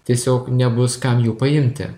tiesiog nebus kam jų paimti